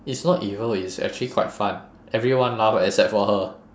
it's not evil it is actually quite fun everyone laugh except for her